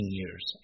years